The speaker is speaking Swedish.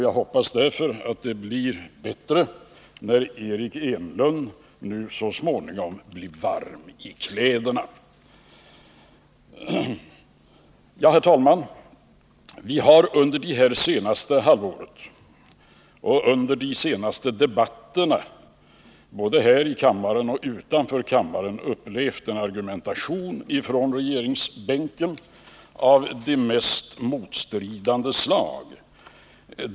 Jag hoppas därför att det blir bättre när Eric Enlund så småningom blir varm i kläderna. Herr talman! Vi har under det senaste halvåret och under de senaste debatterna både här i kammaren och utanför kammaren upplevt argumentation från regeringen av de mest motstridande slag.